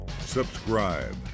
subscribe